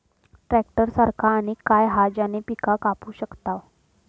Tractor सारखा आणि काय हा ज्याने पीका कापू शकताव?